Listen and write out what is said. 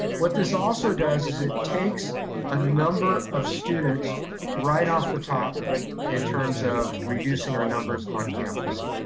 what this also does is it takes a number of students right off the top in terms of reducing our numbers on campus.